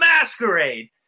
Masquerade